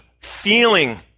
feeling